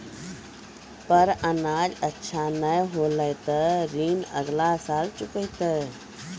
पर अनाज अच्छा नाय होलै तॅ ऋण अगला साल चुकैतै